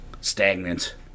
stagnant